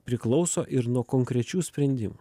priklauso ir nuo konkrečių sprendimų